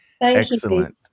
Excellent